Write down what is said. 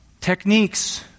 techniques